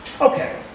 Okay